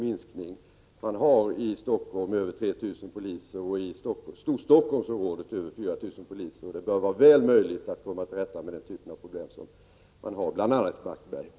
Man har i Stockholm över 3 000 poliser och i Storstockholmsområdet över 4 000 poliser. Det bör vara väl möjligt att komma till rätta med den typ av problem som man har bl.a. i Blackeberg.